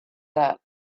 that